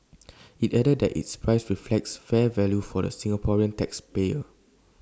IT added that its price reflects fair value for the Singaporean tax payer